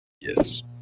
yes